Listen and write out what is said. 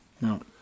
No